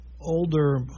older